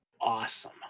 awesome